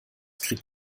kriegt